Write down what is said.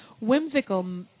Whimsical